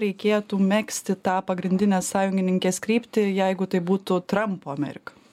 reikėtų megzti tą pagrindinės sąjungininkės kryptį jeigu tai būtų trampo amerika